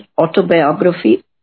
autobiography